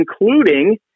including